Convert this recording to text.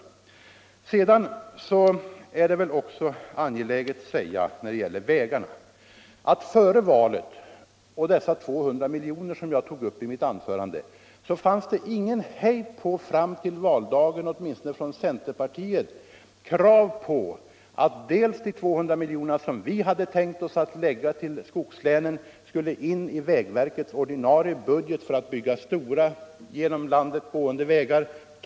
Vad sedan gäller de 200 miljonerna som jag tog upp i mitt förra anförande vill jag erinra om att fram till valdagen fanns det ingen hejd på kraven — åtminstone från centerpartiet — att de 200 milj.kr. som vi hade tänkt använda i skogslänen i stället skulle in i vägverkets ordinarie budget och disponcras för stora. genom landet gående vägar.